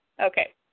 Okay